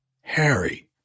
Harry